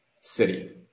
city